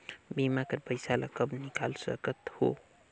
बीमा कर पइसा ला कब निकाल सकत हो?